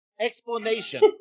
explanation